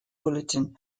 bulletin